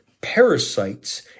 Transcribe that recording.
parasites